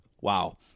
Wow